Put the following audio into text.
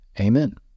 amen